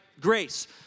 Grace